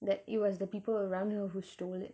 that it was the people around her who stole it